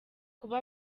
kuba